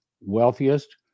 wealthiest